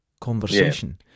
conversation